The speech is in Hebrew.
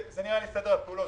זה נראה לי סדר הפעולות.